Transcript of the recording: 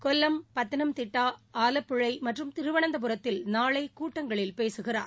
Kollam Pathanamthitta Alappuzha மற்றும் திருவனந்தபுரத்தில் நாளை கூட்டங்களில் பேசுகிறார்